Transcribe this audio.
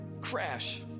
crash